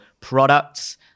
products